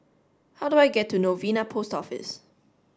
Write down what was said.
how do I get to Novena Post Office